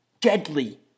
Deadly